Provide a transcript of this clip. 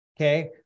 Okay